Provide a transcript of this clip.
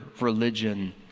religion